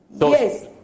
yes